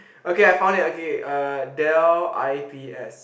okay I found it okay uh Dell i_p_s